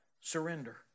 surrender